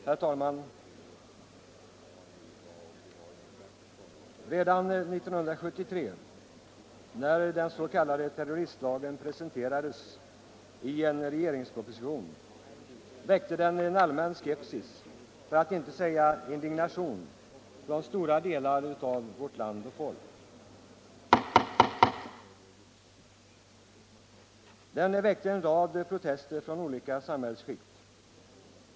Herr talman! Redan 1973, när den s.k. terroristlagen presenterades i en regeringsproposition, väckte den en allmän skepsis, för att inte säga indignation, från stora delar av vårt folk. Den väckte en rad protester från olika samhällsskikt.